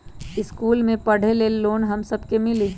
इश्कुल मे पढे ले लोन हम सब के मिली?